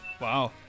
Wow